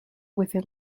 within